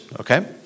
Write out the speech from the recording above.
okay